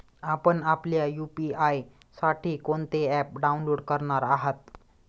आपण आपल्या यू.पी.आय साठी कोणते ॲप डाउनलोड करणार आहात?